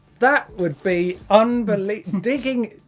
that would be unbelie digging,